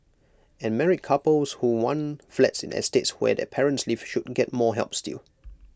and married couples who want flats in estates where their parents live should get more help still